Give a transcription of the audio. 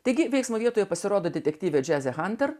taigi veiksmo vietoje pasirodo detektyvė džezė hanter